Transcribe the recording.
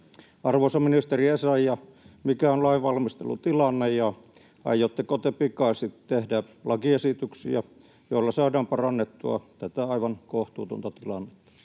Arvoisa ministeri Essayah, mikä on lainvalmistelun tilanne, ja aiotteko te pikaisesti tehdä lakiesityksiä, joilla saadaan parannettua tätä aivan kohtuutonta tilannetta?